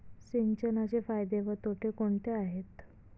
सिंचनाचे फायदे व तोटे कोणते आहेत?